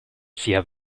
sia